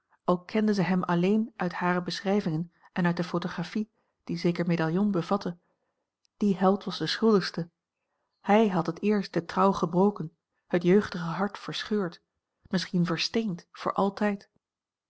al kende zij hem alleen uit hare beschrijvingen en uit de photographie die zeker medaillon bevatte die held was de schuldigste hij had het eerst de trouw gebroken het jeugdige hart verscheurd misschien versteend voor altijd